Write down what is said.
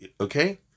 Okay